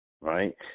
right